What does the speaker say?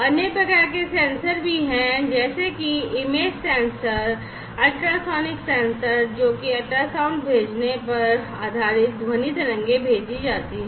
अन्य प्रकार के सेंसर भी हैं जैसे कि इमेज सेंसर अल्ट्रासोनिक सेंसर जो कि अल्ट्रासाउंड भेजने पर आधारित ध्वनि तरंगें भेजी जाती हैं